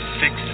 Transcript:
six